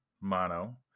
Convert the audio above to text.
mono